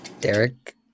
Derek